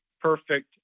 perfect